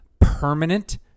permanent